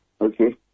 Okay